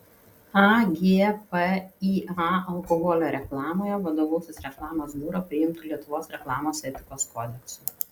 agpįa alkoholio reklamoje vadovausis reklamos biuro priimtu lietuvos reklamos etikos kodeksu